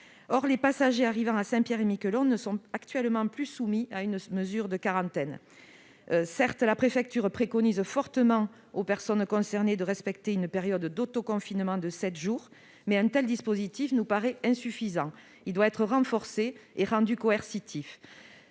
Or les passagers arrivant à Saint-Pierre-et-Miquelon ne sont actuellement plus soumis à une mesure de quarantaine. Certes, la préfecture préconise fortement aux personnes concernées de respecter une période d'autoconfinement de sept jours, mais un tel dispositif nous paraît insuffisant- il doit être renforcé et rendu coercitif.